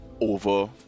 over